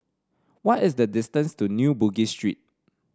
what is the distance to New Bugis Street